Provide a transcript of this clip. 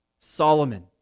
Solomon